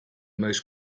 most